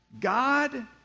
God